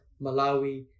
Malawi